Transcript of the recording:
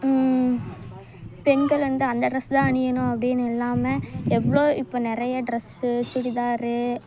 பெண்கள் வந்து அந்த ட்ரெஸ்தான் அணியணும் அப்படினு இல்லாமல் எவ்வளோ இப்போது நிறையா ட்ரெஸ்ஸு சுடிதாரு